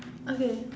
okay